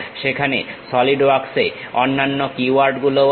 সেখানে সলিড ওয়ার্কসে অন্যান্য কীওয়ার্ড গুলোও আছে